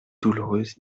douloureuse